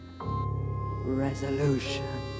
resolution